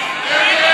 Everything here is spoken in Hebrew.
נגד?